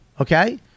Okay